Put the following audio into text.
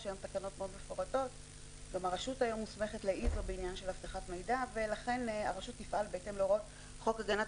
לכן הרשות תפעל בהתאם להוראות חוק הגנת